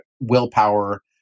willpower